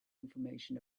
information